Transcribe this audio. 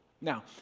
Now